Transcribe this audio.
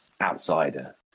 outsider